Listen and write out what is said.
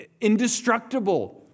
indestructible